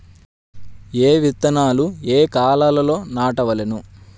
ఏ విత్తనాలు ఏ కాలాలలో నాటవలెను?